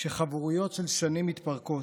כשחברויות של שנים מתפרקות,